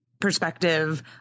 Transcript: perspective